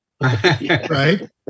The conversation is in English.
right